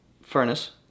furnace